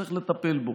צריך לטפל בו,